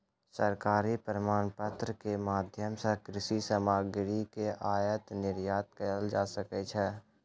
सरकारी प्रमाणपत्र के माध्यम सॅ कृषि सामग्री के आयात निर्यात कयल जा सकै छै